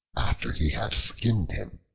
after he had skinned him.